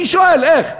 אני שואל, איך?